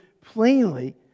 plainly